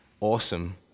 awesome